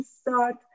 start